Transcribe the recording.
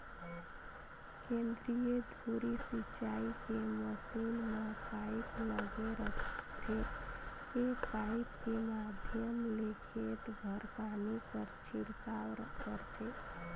केंद्रीय धुरी सिंचई के मसीन म पाइप लगे रहिथे ए पाइप के माध्यम ले खेत भर पानी कर छिड़काव करथे